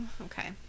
okay